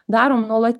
darom nuola